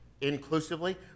inclusively